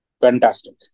Fantastic